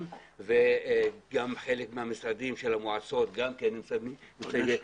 וגם חלק ממשרדי המועצות נמצאים במבנים שכורים.